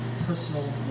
Personal